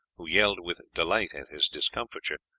who yelled with delight at his discomfiture,